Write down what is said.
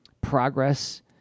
progress